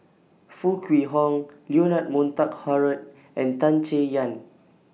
Foo Kwee Horng Leonard Montague Harrod and Tan Chay Yan